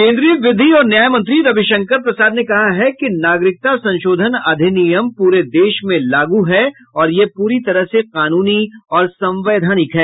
केन्द्रीय विधि और न्याय मंत्री रविशंकर प्रसाद ने कहा है कि नागरिकता संशोधन अधिनियम पूरे देश में लागू है और यह पूरी तरह से कानूनी और संवैधानिक है